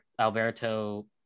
Alberto